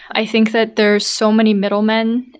i think that there is so many middlemen